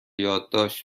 یادداشت